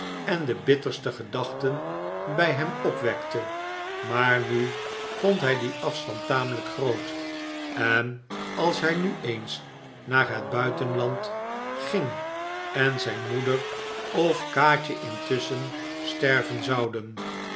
en de bitterste gedachten bij hem opwekte maar nu vond hij dien afstand tamelijk groot en als hij nu eens naar het buitenland ging en zijn moeder of kaatje intusschen sterven zouden